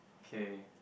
okay